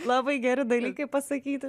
labai geri dalykai pasakyti